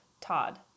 Todd